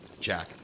Jack